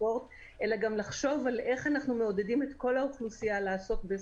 הספורט אלא גם לחשוב איך אנחנו מעודדים את כל האוכלוסייה לעסוק בספורט.